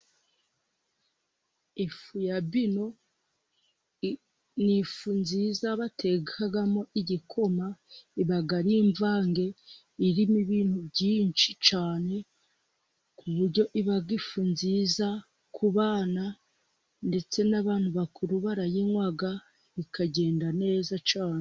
Ifu ya bino ni ifu nziza batekamo igikoma iba ari imvange irimo ibintu byinshi cyane ku buryo iba ifu nziza ku bana, ndetse n'abantu bakuru barayinywa bikagenda neza cyane.